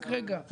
רק רגע.